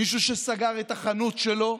מישהו שסגר את החנות שלו,